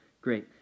Great